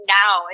now